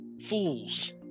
fools